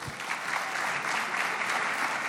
(חותם על ההצהרה)